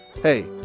Hey